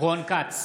רון כץ,